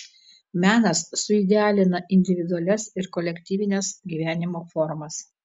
menas suidealina individualias ir kolektyvines gyvenimo formas